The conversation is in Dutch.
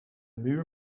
muur